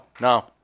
no